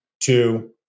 two